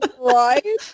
right